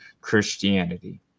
Christianity